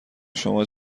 شما